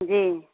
जी